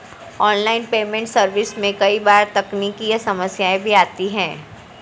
online payment service में कई बार तकनीकी समस्याएं भी आती है